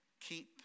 keep